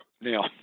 Now